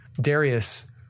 Darius